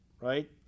right